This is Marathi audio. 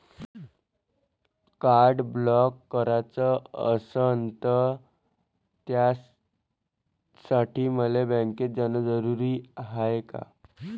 कार्ड ब्लॉक कराच असनं त त्यासाठी मले बँकेत जानं जरुरी हाय का?